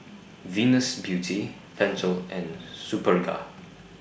Venus Beauty Pentel and Superga